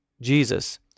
Jesus